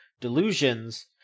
delusions